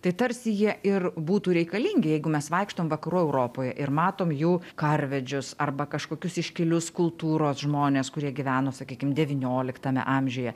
tai tarsi jie ir būtų reikalingi jeigu mes vaikštom vakarų europoje ir matom jų karvedžius arba kažkokius iškilius kultūros žmones kurie gyveno sakykim devynioliktame amžiuje